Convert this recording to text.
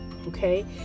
Okay